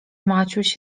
maciuś